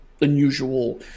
unusual